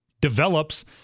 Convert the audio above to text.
develops